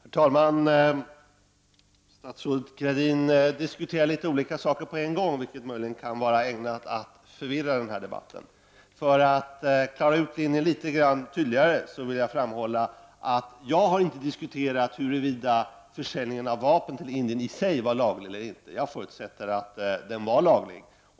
Herr talman! Statsrådet Anita Gradin diskuterar något olika saker på en gång, vilket möjligen kan vara ägnat att skapa förvirring i debatten. För att göra bilden litet tydligare vill jag framhålla att jag inte har diskuterat huruvida försäljningen av vapen till Indien i sig var laglig eller inte. Jag förutsätter att den var laglig.